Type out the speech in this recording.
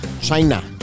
China